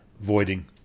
voiding